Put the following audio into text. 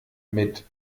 mit